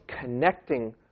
connecting